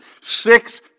Six